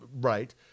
Right